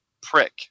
prick